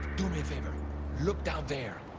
do me a favor. look down there.